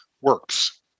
works